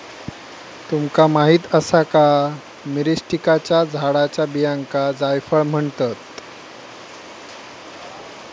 तुमका माहीत आसा का, मिरीस्टिकाच्या झाडाच्या बियांका जायफळ म्हणतत?